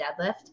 deadlift